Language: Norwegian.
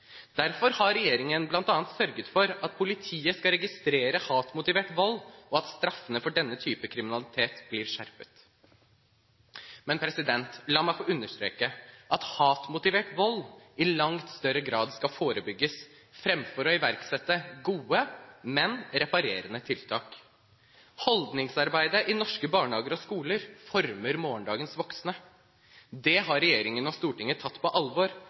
Derfor har regjeringen bl.a. sørget for at politiet skal registrere hatmotivert vold, og at straffene for denne type kriminalitet blir skjerpet. Men la meg få understreke at hatmotivert vold i langt større grad skal forebygges framfor å iverksette gode, men reparerende tiltak. Holdningsarbeidet i norske barnehager og skoler former morgendagens voksne. Det har regjeringen og Stortinget tatt på alvor